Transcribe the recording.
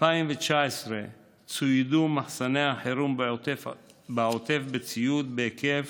2019 צוידו מחסני החירום בעוטף בציוד בהיקף